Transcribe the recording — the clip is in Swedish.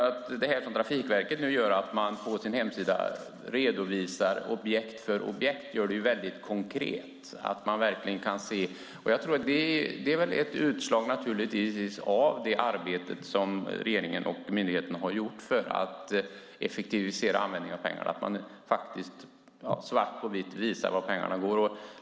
Att Trafikverket nu på sin hemsida redovisar detta objekt för objekt gör det väldigt konkret. Det är naturligtvis ett utslag av det arbete som regeringen och myndigheterna har gjort för att effektivisera användningen av pengar. Man visar svart på vitt vart pengarna går.